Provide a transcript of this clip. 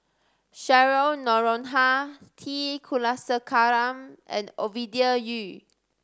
Cheryl Noronha T Kulasekaram and Ovidia Yu